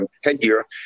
headgear